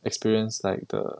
experience like the